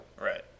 Right